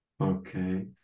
okay